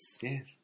Yes